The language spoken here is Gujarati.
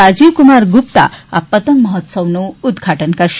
રાજીવકુમાર ગુપ્તા પતંગ મહોત્સવ નું ઉદઘાટન કરશે